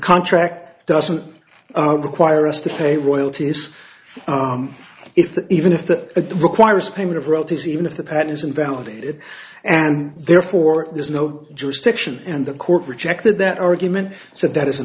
contract doesn't require us to pay royalties if that even if that requires payment of royalties even if the pad is invalidated and therefore there's no jurisdiction in the court rejected that argument so that is a